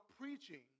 preaching